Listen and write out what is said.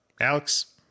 Alex